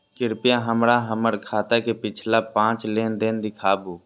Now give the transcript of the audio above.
कृपया हमरा हमर खाता के पिछला पांच लेन देन दिखाबू